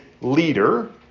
leader